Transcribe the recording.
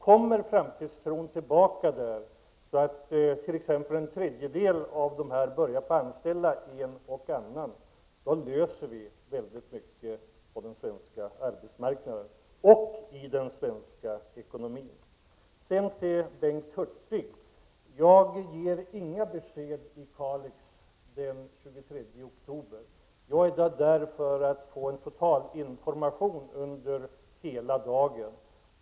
Kommer framtidstron tillbaka så att en tredjedel av dessa företag börjar anställa en och annan person, då löses en stor del av problemen på den svenska arbetsmarknaden och i den svenska ekonomin. Så några ord till Bengt Hurtig. Jag ger inga besked till Kalixborna den 23 oktober. Mitt besök där syftar till att jag skall få en totalinformation under hela dagen.